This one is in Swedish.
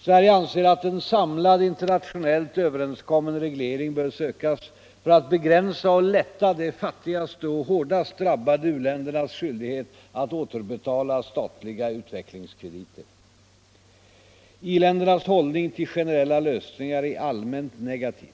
Sverige anser att en samlad, internationellt överenskommen reglering bör sökas för att begränsa och lätta de fattigaste och hårdast drabbade u-ländernas skyldighet att återbetala statliga utvecklingskrediter. I-ländernas hållning till generella lösningar är allmänt negativ.